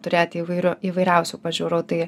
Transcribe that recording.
turėti įvairių įvairiausių pažiūrų tai